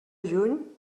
juny